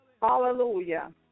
Hallelujah